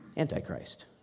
antichrist